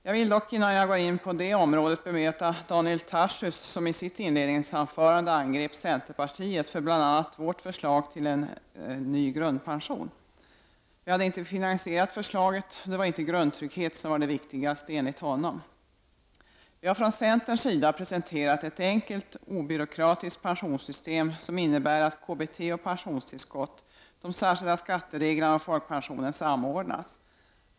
Jag vill dock innan jag går in på det området bemöta Daniel Tarschys, som i sitt inledningsanförande angrep centerpartiet för bl.a. vårt förslag till en ny grundpension. Vi hade inte finansierat förslaget, och det var inte grundtryggheten som var det viktigaste enligt honom. Vi har från centerns sida presenterat ett enkelt obyråkratiskt pensionssystem, som innebär att KBT och pensionstillskottet, de särskilda skattereglerna och folkpensionen samordnas.